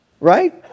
Right